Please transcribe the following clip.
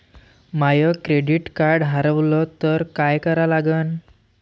माय credit card हारवलं तर काय करा लागन?